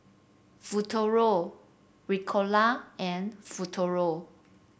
Futuro Ricola and Futuro